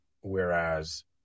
Whereas